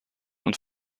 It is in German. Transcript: und